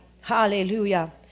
Hallelujah